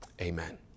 Amen